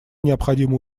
необходимо